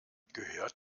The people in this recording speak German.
gehört